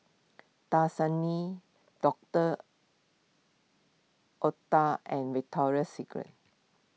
Dasani Doctor Oetker and Victoria Secret